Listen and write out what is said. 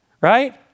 Right